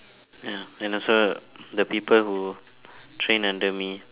ya and also the people who train under me